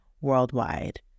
worldwide